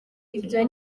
ibyo